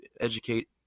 educate